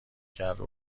کرده